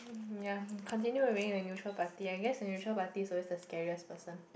mm ya continue being the neutral party I guess the neutral party is always the scariest person